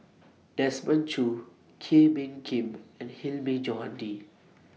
Desmond Choo Kee Bee Khim and Hilmi Johandi